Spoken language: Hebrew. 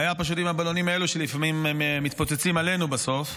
פשוט הבעיה עם הבלונים האלה שלפעמים הם מתפוצצים עלינו בסוף,